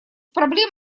проблем